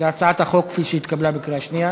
הצעת החוק, כפי שהתקבלה בקריאה שנייה.